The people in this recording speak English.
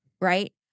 Right